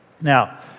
Now